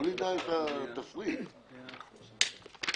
גובה האגרה?